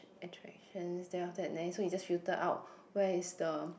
attractions then after that then so you just filter out where is the